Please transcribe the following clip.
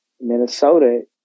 Minnesota